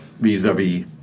vis-a-vis